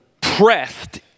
pressed